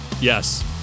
Yes